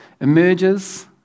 emerges